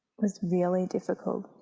was really difficult.